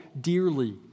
dearly